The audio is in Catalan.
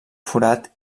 forat